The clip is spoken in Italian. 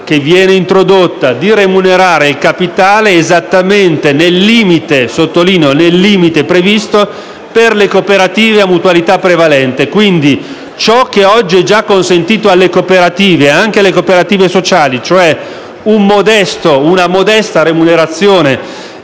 che viene introdotta, di remunerare il capitale esattamente nel limite - lo sottolineo - previsto per le cooperative a mutualità prevalente. Quindi, ciò che oggi è già consentito anche alle cooperative sociali, e cioè una modesta remunerazione